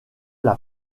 l’a